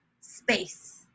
space